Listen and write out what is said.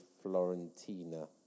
Florentina